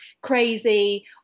crazy